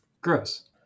gross